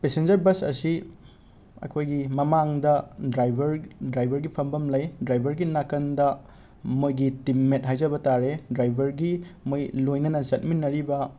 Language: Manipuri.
ꯄꯦꯁꯦꯟꯖꯔ ꯕꯁ ꯑꯁꯤ ꯑꯩꯈꯣꯏꯒꯤ ꯃꯃꯥꯡꯗ ꯗ꯭ꯔꯥꯏꯕꯔ ꯗ꯭ꯔꯥꯏꯕꯔꯒꯤ ꯐꯝꯐꯝ ꯂꯩ ꯗ꯭ꯔꯥꯏꯕꯔꯒꯤ ꯅꯥꯀꯟꯗ ꯃꯣꯏꯒꯤ ꯇꯤꯝꯃꯦꯠ ꯍꯥꯏꯖꯕ ꯇꯥꯔꯦ ꯗ꯭ꯔꯥꯏꯕꯔꯒꯤ ꯃꯣꯏ ꯂꯣꯏꯅꯅ ꯆꯠꯃꯤꯟꯅꯔꯤꯕ